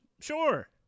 sure